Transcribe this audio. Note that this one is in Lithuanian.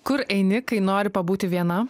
kur eini kai nori pabūti viena